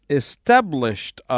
established